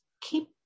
keep